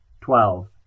twelve